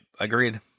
agreed